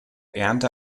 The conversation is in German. ernte